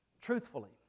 Truthfully